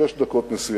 שש דקות נסיעה